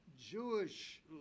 Jewish